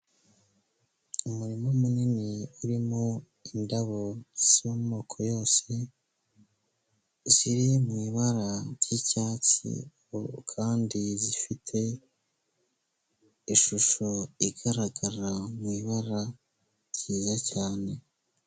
Umurima munini urimo indabo z'amoko yose, ziri mu ibara ry'icyatsi kandi zifite ishusho igaragara mu ibara ryiza cyane.